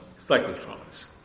cyclotrons